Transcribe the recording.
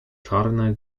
czarne